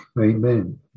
Amen